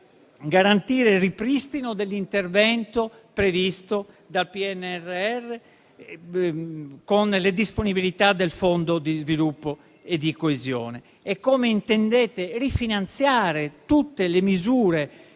garantire il ripristino dell'intervento previsto dal PNRR con le disponibilità del Fondo di sviluppo e di coesione, come intendete altresì rifinanziare tutte le misure